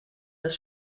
des